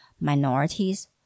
minorities